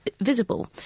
visible